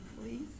please